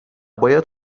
باید